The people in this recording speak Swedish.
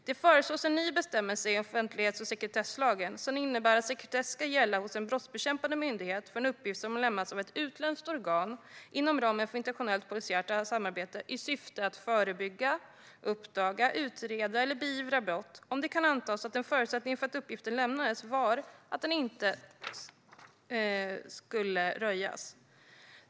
Det föreslås en ny bestämmelse i offentlighets och sekretesslagen som innebär att sekretess ska gälla hos en brottsbekämpande myndighet för en uppgift som har lämnats av ett utländskt organ inom ramen för internationellt polisiärt samarbete i syfte att förebygga, uppdaga, utreda eller beivra brott om det kan antas att en förutsättning för att uppgiften lämnades var att den inte skulle röjas.